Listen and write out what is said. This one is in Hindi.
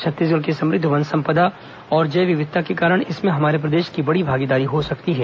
छत्तीसगढ़ की समृद्ध वन संपदा और जैवविविधता के कारण इसमें हमारे प्रदेश की बड़ी भागीदारी हो सकती है